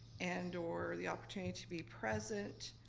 and or the opportunity to be present,